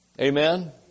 Amen